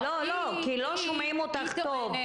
כי לא שומעים אותך טוב.